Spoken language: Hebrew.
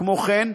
כמו כן,